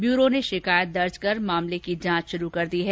bureau ने शिकायत दर्ज कर मामले की जांच शुरू कर दी है